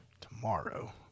tomorrow